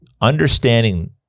Understanding